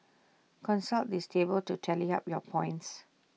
consult this table to tally up your points